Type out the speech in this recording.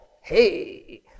hey